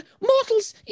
Mortals